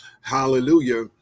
Hallelujah